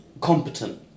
competent